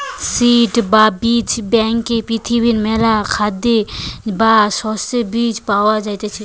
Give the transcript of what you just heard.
seed বা বীজ ব্যাংকে পৃথিবীর মেলা খাদ্যের বা শস্যের বীজ পায়া যাইতিছে